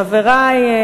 חברי,